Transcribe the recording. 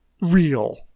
real